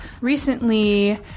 Recently